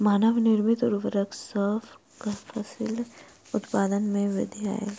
मानव निर्मित उर्वरक सॅ फसिल उत्पादन में वृद्धि आयल